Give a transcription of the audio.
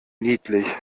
niedlich